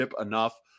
enough